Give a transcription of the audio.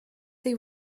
they